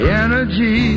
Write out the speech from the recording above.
energy